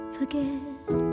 Forget